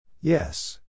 Yes